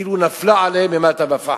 כאילו נפלה עליהם אימתה ופחד.